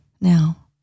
now